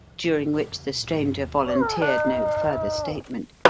during which the stranger volunteered no further statement,